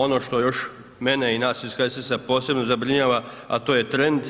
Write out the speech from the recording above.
Ono što još mene i nas iz HSS-a posebno zabrinjava, a to je trend